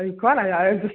इ कह रहें एक दूसरा